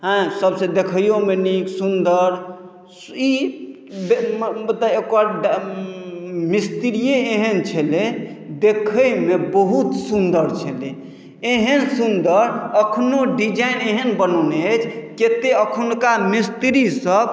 अँ सबसे देखैयोमे नीक सुन्दर ई एकर मिस्तिरीये एहन छलै देखैमे बहुत सुन्दर छलै एहन सुन्दर अखनो डिजाइन एहन बनओने अछि कते अखुनका मिस्तिरी सब